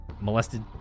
molested